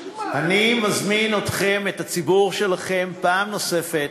אני מזמין אתכם, את הציבור שלכם, פעם נוספת,